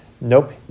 nope